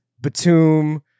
Batum